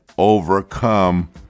overcome